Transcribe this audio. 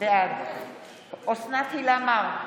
בעד אוסנת הילה מארק,